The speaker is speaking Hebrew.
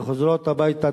חוזרות הביתה,